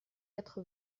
quatre